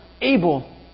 Abel